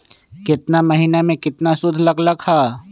केतना महीना में कितना शुध लग लक ह?